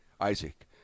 Isaac